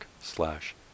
slash